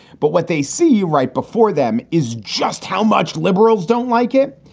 but what they see right before them is just how much liberals don't like it.